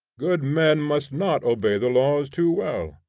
good men must not obey the laws too well.